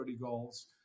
goals –